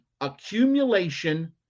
accumulation